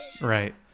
right